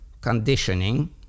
conditioning